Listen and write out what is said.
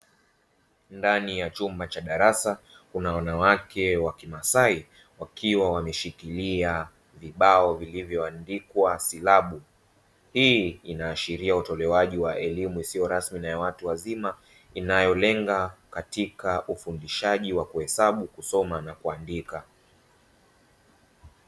Ndani ya chumba cha darasa, kuna wanawake wakimasaï wakiwa wameshikilia vibao vilivyoandikwa silabu. Hii inaashiria utolewaji wa elimu isiyo rasmi kwa watu wazima, inayolenga katika ufundishaji wa kuhesabu, kusoma, na kuandika.